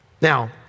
Now